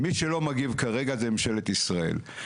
מי שלא מגיב כרגע זו ממשלת ישראל.